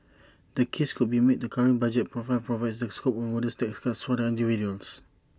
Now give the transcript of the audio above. the case could be made that the current budget profile provides the scope for modest tax cuts for the individuals